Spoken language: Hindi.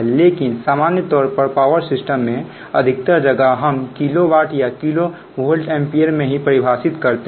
लेकिन सामान्य तौर पर पावर सिस्टम में अधिकतर जगह हम किलो वाट या किलो वोल्ट एम्पीयर में ही परिभाषित करते हैं